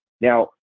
Now